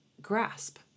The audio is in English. grasp